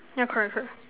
yeah correct correct